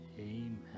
Amen